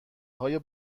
های